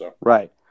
right